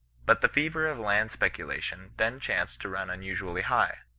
but the fever of land speculation then chanced to run unusually high.